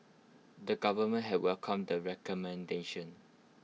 the government had welcomed the recommendations